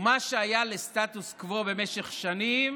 ובמה שהיה לסטטוס קוו במשך שנים,